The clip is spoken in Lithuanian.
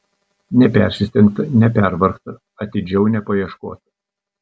nepersistengta nepervargta atidžiau nepaieškota